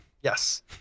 Yes